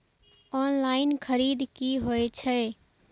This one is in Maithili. ऑनलाईन खरीद की होए छै?